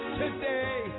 today